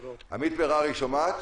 פתחתי ואמרתי שהוועדה דנה בהצעת החוק לגבי